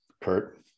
Kurt